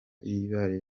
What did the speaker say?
bihaye